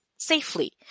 safely